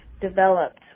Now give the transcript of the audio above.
developed